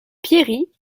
pierry